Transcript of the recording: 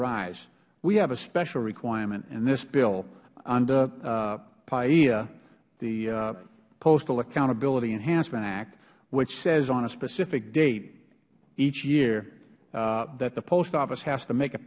ise we have a special requirement in this bill under paea the postal accountability enhancement act which says on a specific date each year that the post office has to make a